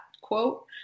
quote